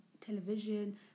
television